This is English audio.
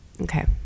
Okay